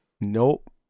Nope